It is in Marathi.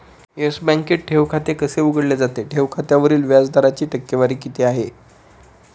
येस बँकेत ठेव खाते कसे उघडले जाते? ठेव खात्यावरील व्याज दराची टक्केवारी किती आहे?